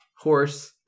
horse